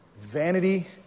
vanity